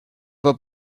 pas